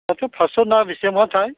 दाथ' फास्स'ना बेसेबांबाथाय